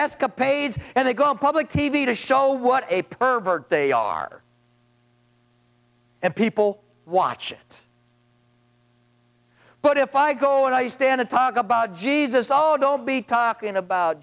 escapades and they go on public t v to show what a pervert they are and people watch it but if i go and i stand and talk about jesus all don't be talking about